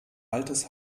altes